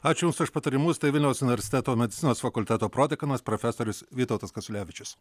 ačiū jums už patarimus tai vilniaus universiteto medicinos fakulteto prodekanas profesorius vytautas kasiulevičius